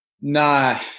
No